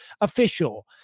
official